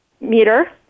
meter